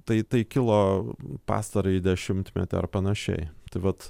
tai tai kilo pastarąjį dešimtmetį ar panašiai tai vat